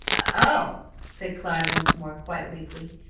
oh! said clive once more, quite weakly,